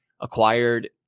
acquired